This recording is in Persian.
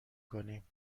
کنیم